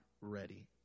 ready